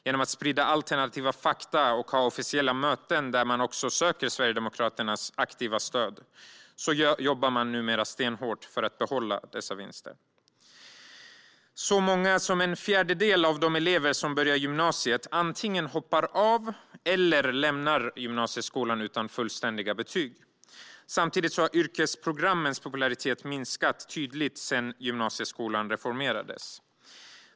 Genom att sprida alternativa fakta och ha officiella möten där man söker Sverigedemokraternas aktiva stöd jobbar man numera stenhårt för att behålla dessa vinster. Så många som en fjärdedel av de elever som börjar gymnasiet antingen hoppar av eller lämnar gymnasieskolan utan fullständiga betyg. Samtidigt har yrkesprogrammens popularitet minskat tydligt sedan gymnasieskolan reformerades.